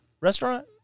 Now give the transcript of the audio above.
restaurant